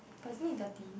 but isn't it dirty